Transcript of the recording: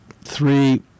three